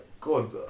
God